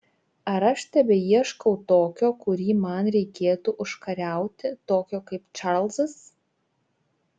ar aš tebeieškau tokio kurį man reikėtų užkariauti tokio kaip čarlzas